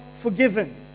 forgiven